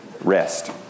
rest